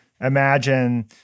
imagine